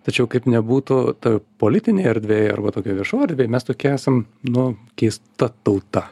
tačiau kaip nebūtų toj politinėj erdvėj arba tokioj viešoj erdvėj mes tokie esam nu keista tauta